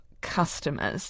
customers